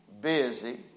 busy